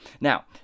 Now